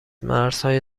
مرزهای